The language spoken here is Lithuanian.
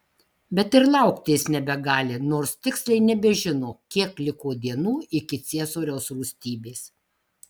bet ir laukti jis nebegali nors tiksliai nebežino kiek liko dienų iki ciesoriaus rūstybės